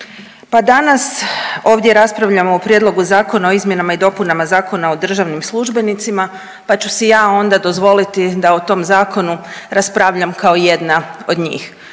Pa danas ovdje raspravljamo o Prijedlogu zakona o izmjenama i dopunama Zakona o državnim službenicima pa ću si ja onda dozvoliti da o tom zakonu raspravljam kao jedna od njih,